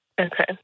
Okay